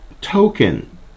Token